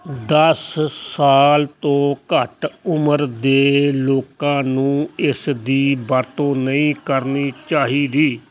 ਦਸ ਸਾਲ ਤੋਂ ਘੱਟ ਉਮਰ ਦੇ ਲੋਕਾਂ ਨੂੰ ਇਸ ਦੀ ਵਰਤੋਂ ਨਹੀਂ ਕਰਨੀ ਚਾਹੀਦੀ